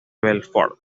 belfort